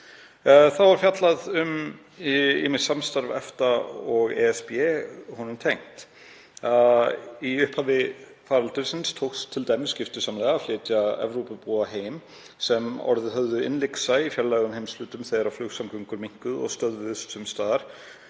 Þá var fjallað um ýmist samstarf EFTA og ESB honum tengt. Í upphafi faraldursins tókst t.d. giftusamlega að flytja Evrópubúa heim sem orðið höfðu innlyksa í fjarlægum heimshlutum þegar flugsamgöngur minnkuðu og stöðvuðust sums staðar